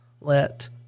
let